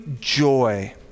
joy